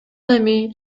эми